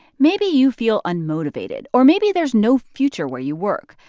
maybe you feel unmotivated. or maybe there's no future where you work,